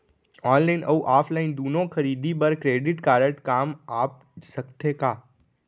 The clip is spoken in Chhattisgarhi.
ऑनलाइन अऊ ऑफलाइन दूनो खरीदी बर क्रेडिट कारड काम आप सकत हे का?